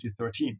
2013